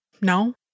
No